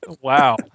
Wow